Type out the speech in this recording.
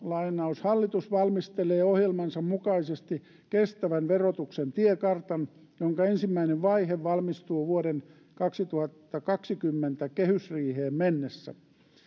hallitus valmistelee ohjelmansa mukaisesti kestävän verotuksen tiekartan jonka ensimmäinen vaihe valmistuu vuoden kaksituhattakaksikymmentä kehysriiheen mennessä